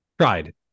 tried